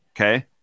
Okay